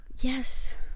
yes